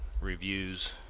reviews